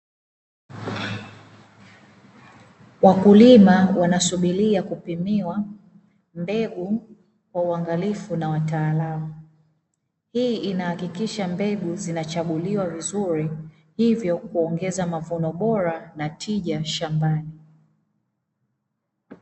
Wakulima wanasubiria kupimiwa mbegu kwa uangalifu na wataalamu, hii inahakikisha mbegu zinachaguliwa vizuri hivyo kuongeza mavuno bora na tija shambani.